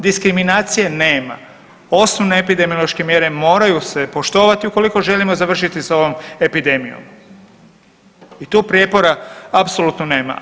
Diskriminacije nema, osnovne epidemiološke mjere moraju se poštovati ukoliko želimo završiti s ovom epidemijom i tu prijepora apsolutno nema.